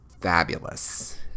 fabulous